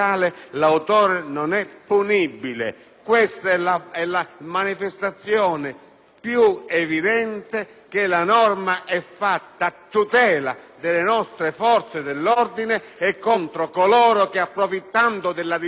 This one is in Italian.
più evidente che la norma è fatta a tutela delle nostre forze dell'ordine e contro coloro che, approfittando della divisa e del ruolo si allontanano dalla Costituzione.